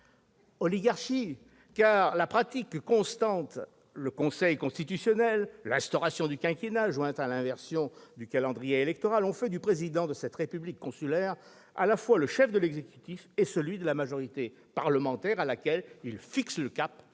Oligarchie, car la pratique constante, le Conseil constitutionnel et l'instauration du quinquennat jointe à l'inversion du calendrier électoral ont fait du président de cette république consulaire, à la fois le chef de l'exécutif et celui de la majorité parlementaire, à laquelle il « fixe le cap